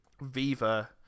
Viva